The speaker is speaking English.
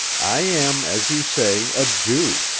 i am, as you say, a jew,